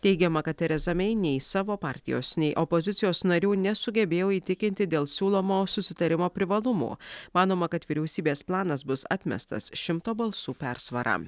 teigiama kad tereza mei nei savo partijos nei opozicijos narių nesugebėjo įtikinti dėl siūlomo susitarimo privalumų manoma kad vyriausybės planas bus atmestas šimto balsų persvara